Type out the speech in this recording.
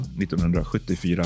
1974